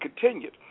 continued